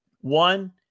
One